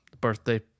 birthday